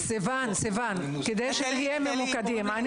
בכל בתי החולים בארץ